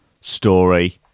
story